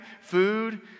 food